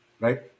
right